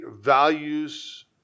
values